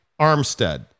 Armstead